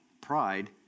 Pride